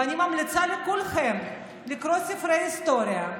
ואני ממליצה לכולכם לקרוא ספרי היסטוריה,